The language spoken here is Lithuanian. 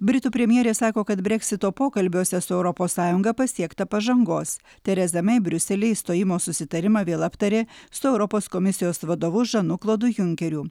britų premjerė sako kad breksito pokalbiuose su europos sąjunga pasiekta pažangos tereza mei briuselyje išstojimo susitarimą vėl aptarė su europos komisijos vadovu žanu klodu junkeriu